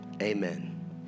amen